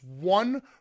one